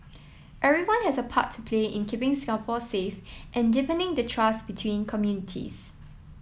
everyone has a part to play in keeping Singapore safe and deepening the trust between communities